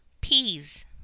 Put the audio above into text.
peas